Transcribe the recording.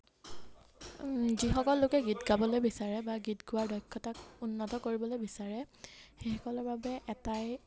যিসকল লোকে গীত গাবলৈ বিচাৰে বা গীত গোৱাৰ দক্ষতাক উন্নত কৰিবলৈ বিচাৰে সেইসকলৰ বাবে এটাই